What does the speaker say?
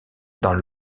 dans